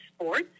sports